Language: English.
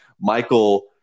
Michael